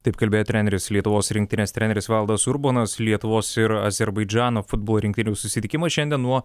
taip kalbėjo treneris lietuvos rinktinės treneris valdas urbonas lietuvos ir azerbaidžano futbolo rinktinių susitikimas šiandien nuo